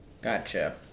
Gotcha